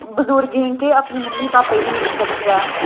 बजुर्गें गी केह् अपनी मम्मी पापा गी बी नेईं दिखदी ऐ